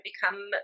become